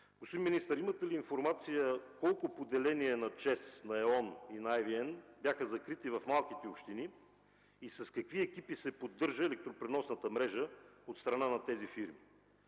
Господин министър, имате ли информация колко поделения на ЧЕЗ, на Е.ОН и на ЕВН бяха закрити в малките общини и с какви екипи се поддържа електропреносната мрежа от страна на тези фирми?